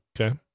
Okay